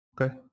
okay